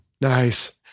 Nice